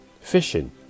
fishing